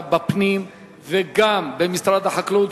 במשרד הפנים וגם במשרד החקלאות,